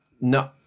No